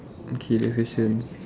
okay next question